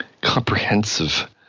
comprehensive